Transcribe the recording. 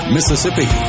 Mississippi